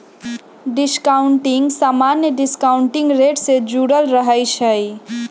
discounting समान्य discounting rate से जुरल रहै छइ